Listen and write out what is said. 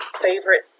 favorite